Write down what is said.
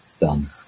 done